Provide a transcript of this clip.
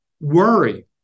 worry